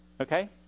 Okay